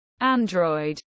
Android